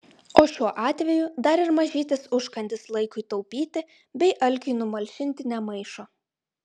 o šiuo atveju dar ir mažytis užkandis laikui taupyti bei alkiui numalšinti nemaišo